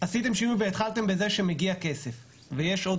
עשו שינוי והתחילו בזה שמגיע כסף ויש עוד